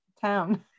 town